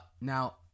Now